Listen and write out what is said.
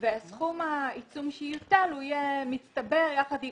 וסכום העיצום שהוטל יהיה מצטבר יחד עם